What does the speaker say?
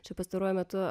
čia pastaruoju metu